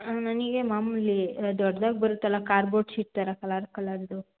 ಹಾಂ ನನಗೆ ಮಾಮೂಲಿ ದೊಡ್ದಾಗಿ ಬರುತ್ತಲ್ಲ ಕಾರ್ಬೋಟ್ ಶೀಟ್ ಥರ ಕಲರ್ ಕಲರದ್ದು